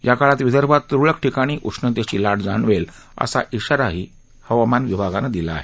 या काळात विदर्भात त्रळक ठिकाणी उष्णतेची लाट जाणवेल असा इशारा विभागानं दिला आहे